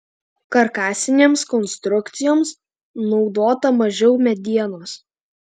karkasinėms konstrukcijoms naudota mažiau medienos